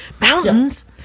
Mountains